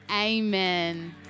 Amen